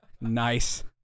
Nice